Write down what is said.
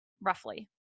roughly